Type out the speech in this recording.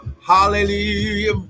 Hallelujah